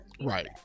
right